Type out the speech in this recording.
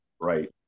right